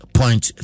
point